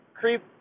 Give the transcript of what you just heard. creep